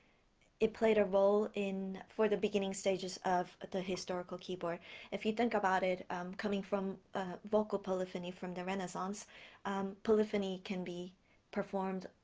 it played a role for the beginning stages of but the historical keyboard if you think about it coming from vocal polyphony from the renaissance polyphony can be performed